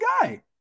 guy